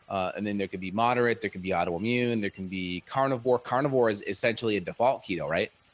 and then there can be moderate there can be autoimmune. and there can be carnivore, carnivore is essentially a default keto, right.